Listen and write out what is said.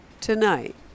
tonight